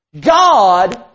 God